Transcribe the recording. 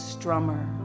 Strummer